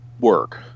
work